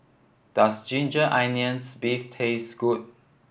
does ginger onions beef taste good